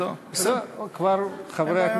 אין בעיה.